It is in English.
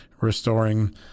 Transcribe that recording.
restoring